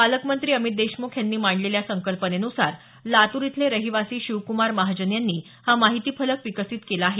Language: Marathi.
पालकमंत्री अमित देशमुख यांनी मांडलेल्या संकल्पनेनुसार लातूर इथले रहिवासी शिवक्मार महाजन यांनी हा माहितीफलक विकसित केला आहे